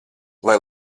lai